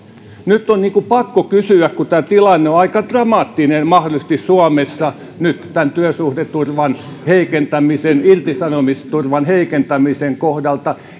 nyt on pakko kysyä kun tilanne on mahdollisesti aika dramaattinen suomessa nyt tämän työsuhdeturvan heikentämisen irtisanomisturvan heikentämisen kohdalta